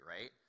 right